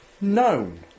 known